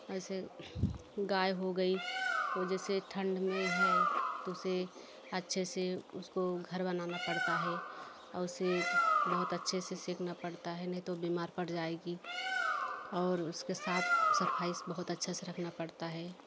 ऐसे गाय हो गई वो जैसे ठंड में है तो उसे अच्छे से उसको घर बनाना पड़ता है और उसे बहुत अच्छे से सेकना पड़ता है नहीं तो बीमार पड़ जाएगी और उसके साफ़ सफाई बहुत अच्छे से रखना पड़ता है